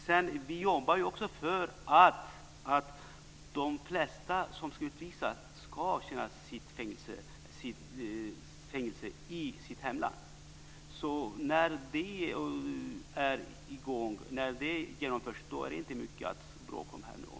Sedan jobbar vi också för att de flesta som ska utvisas ska avtjäna sitt fängelsestraff i sitt hemland. När det har genomförts är det här inte mycket att bråka om.